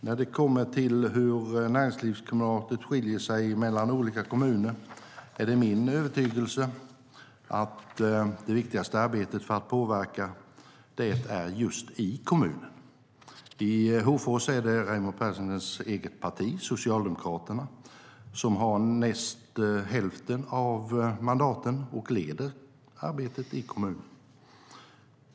När det kommer till hur näringslivsklimatet skiljer sig mellan olika kommuner är det min övertygelse att det viktigaste arbetet för att påverka det görs just i kommunen. I Hofors är det Raimo Pärssinens eget parti, Socialdemokraterna, som har nästan hälften av mandaten och leder arbetet i kommunen.